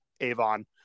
Avon